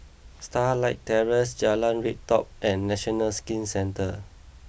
Starlight Terrace Jalan Redop and National Skin Centre